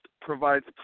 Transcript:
provides